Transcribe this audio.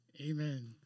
Amen